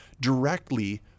directly